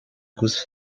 goose